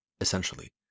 essentially